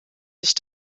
sich